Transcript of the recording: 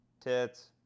tits